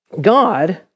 God